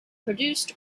produced